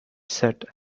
said